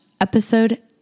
episode